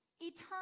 eternal